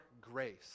grace